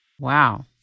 Wow